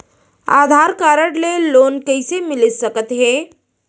आधार card ले loan कइसे मिलिस सकत हे?